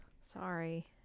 Sorry